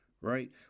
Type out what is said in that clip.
right